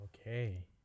Okay